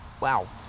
Wow